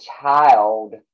child